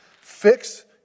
Fix